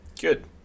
Good